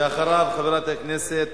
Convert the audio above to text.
ולאחריו, חברת הכנסת